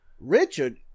Richard